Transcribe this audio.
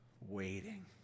Waiting